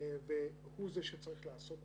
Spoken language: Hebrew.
האם ההחלטות הללו ומשמעותן